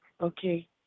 Okay